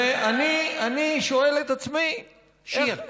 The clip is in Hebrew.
ואני שואל את עצמי, שיר.